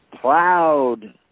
plowed